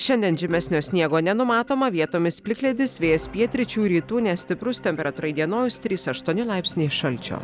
šiandien žymesnio sniego nenumatoma vietomis plikledis vėjas pietryčių rytų nestiprus temperatūra įdienojus trys aštuoni laipsniai šalčio